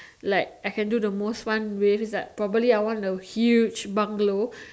like I can do the most fun with is like probably I want a huge bungalow